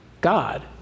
God